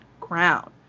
crown